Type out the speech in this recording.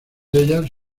ellas